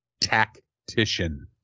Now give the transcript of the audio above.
Tactician